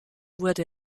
wurde